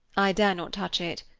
i dare not touch it.